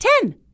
Ten